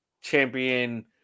champion